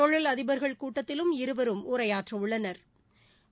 தொழிலதிபா்கள் கூட்டத்திலும் இருவரும் உரையாற்ற உள்ளனா்